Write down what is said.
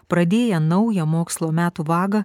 pradėję naują mokslo metų vagą